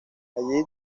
allí